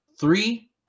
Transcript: Three